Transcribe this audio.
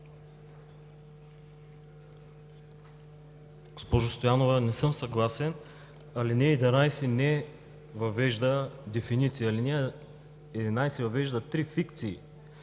Госпожо Стоянова, не съм съгласен. Алинея 11 не въвежда дефиниция, ал. 11 въвежда три фикции.